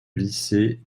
lycée